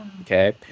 Okay